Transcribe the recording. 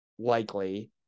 likely